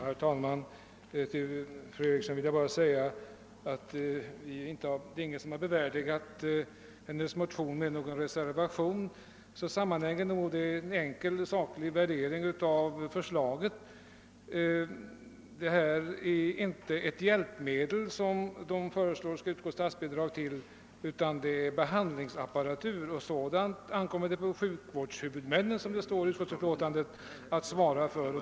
Herr talman! Det förhållandet att ingen har bevärdigat fru Erikssons i Stockholm motion med någon reservation sammanhänger med en enkel, saklig värdering. Motionärernas förslag är nämligen inte att statsbidrag skall utgå till ett hjälpmedel för handikappade utan till viss behandlingsapparatur, och som det står i utskottets utlåtande ankommer det på sjukvårdens huvudmän att svara för sådana saker.